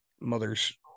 mother's